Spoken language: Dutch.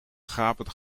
gapend